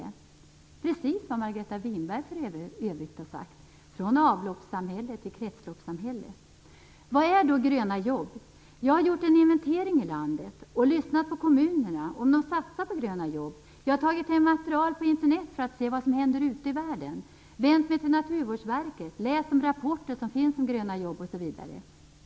Det är för övrigt precis vad Margareta Winberg har sagt - från avloppssamhälle till kretsloppssamhälle. Vad är då gröna jobb? Jag har gjort en inventering i landet och lyssnat med kommunerna om de satsar på gröna jobb. Jag har tagit hem material på Internet för att se vad som händer ute världen. Jag har vänt mig till Naturvårdsverket, läst de rapporter som finns om gröna jobb osv.